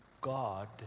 God